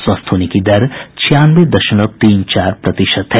स्वस्थ होने की दर छियानवे दशमलव तीन चार प्रतिशत है